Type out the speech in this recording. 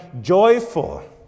joyful